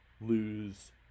lose